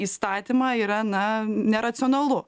įstatymą yra na neracionalu